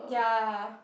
ya